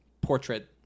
portrait